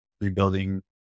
rebuilding